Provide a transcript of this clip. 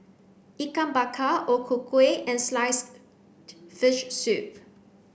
Ikan Bakar O Ku Kueh and sliced fish soup